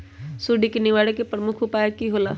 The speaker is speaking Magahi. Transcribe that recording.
सुडी के निवारण के प्रमुख उपाय कि होइला?